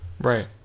Right